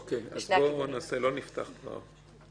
אוקי, לא נפתח את זה עכשיו.